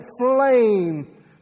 flame